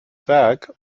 werk